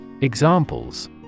Examples